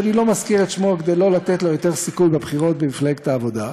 שאני לא מזכיר את שמו כדי לא לתת לו יותר סיכוי בבחירות במפלגת העבודה,